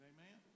Amen